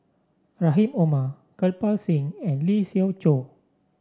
Rahim Omar Kirpal Singh and Lee Siew Choh